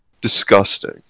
disgusting